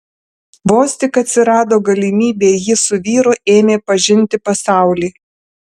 vos tik atsirado galimybė ji su vyru ėmė pažinti pasaulį